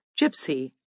Gypsy